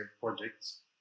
projects